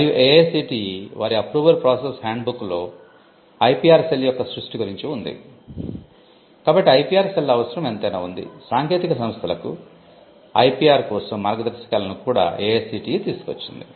మరియు AICTE వారి approval process handbook కోసం మార్గదర్శకాలను కూడా AICTE తీసుకువచ్చింది